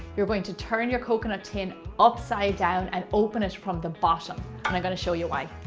you're going to turn your coconut tin upside down and open ah from the bottom and i'm going to show you why.